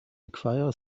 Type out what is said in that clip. acquire